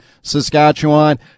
Saskatchewan